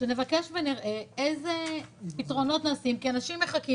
שנבקש ונראה איזה פתרונות נעשים כי אנשים מחכים